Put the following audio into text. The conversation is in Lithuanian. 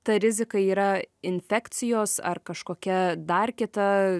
ta rizika yra infekcijos ar kažkokia dar kita